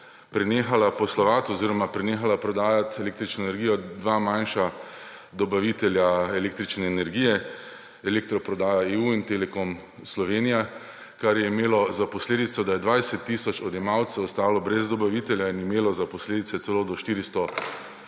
prenehala poslovati oziroma prenehala prodajati električno energijo dva manjša dobavitelja električne energije, Elektro Prodaja E.U. in Telekom Slovenije, kar je imelo za posledico, da je 20 tisoč odjemalcev ostalo brez dobavitelja in imelo za posledico celo do 400